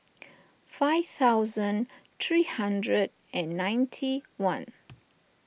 five thousand three hundred and ninety one